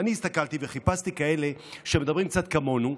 אני הסתכלתי וחיפשתי כאלה שמדברים קצת כמונו,